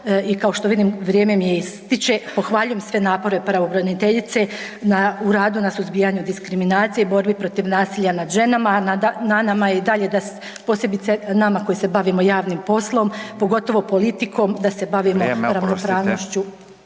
i kao što vidim vrijeme mi ističe, pohvaljujem sve napore pravobraniteljice u radu na suzbijanju diskriminacije i borbi protiv nasilja nad ženama, a na nama je da i dalje posebice nama koji se bavimo javnim poslom, pogotovo politikom da se bavimo ravnopravnošću